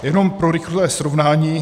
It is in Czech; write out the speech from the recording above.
Jenom pro rychlé srovnání.